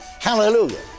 Hallelujah